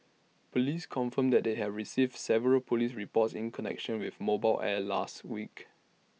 Police confirmed they had received several Police reports in connection with mobile air last week